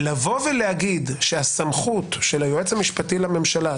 לבוא ולהגיד שהסמכות של היועץ המשפטי לממשלה,